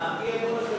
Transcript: האי-אמון,